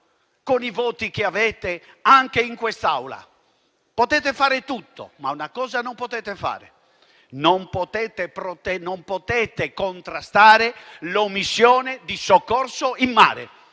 con i voti che avete anche in quest'Aula, ma una cosa non potete farla: non potete contrastare l'omissione di soccorso in mare.